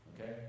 Okay